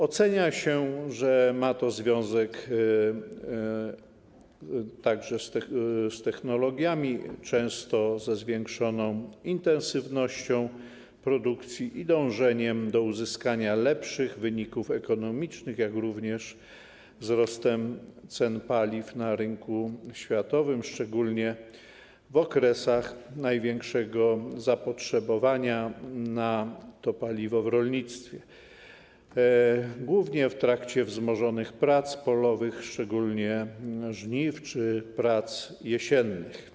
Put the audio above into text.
Ocenia się, że ma to także związek z technologiami, często ze zwiększoną intensywnością produkcji i dążeniem do uzyskania lepszych wyników ekonomicznych, jak również wzrostem cen paliw na rynku światowym, szczególnie w okresach największego zapotrzebowania na paliwo w rolnictwie, głównie w trakcie wzmożonych prac polowych, szczególnie żniw czy prac jesiennych.